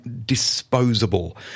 disposable